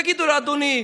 תגידו לו: אדוני,